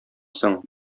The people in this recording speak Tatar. соң